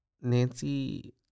nancy